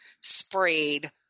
sprayed